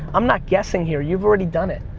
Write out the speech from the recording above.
i'm not guessing here, you've already done it.